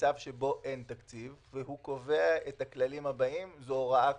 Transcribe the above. במצב שבו אין תקציב והוא קובע את הכללים הבאים זו הוראה קבועה.